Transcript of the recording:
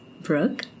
Brooke